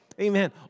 Amen